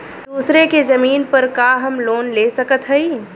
दूसरे के जमीन पर का हम लोन ले सकत हई?